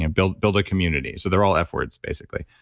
ah build build a community. so they're all f words basically.